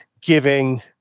giving